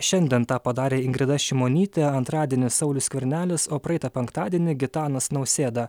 šiandien tą padarė ingrida šimonytė antradienį saulius skvernelis o praeitą penktadienį gitanas nausėda